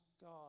God